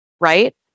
right